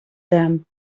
them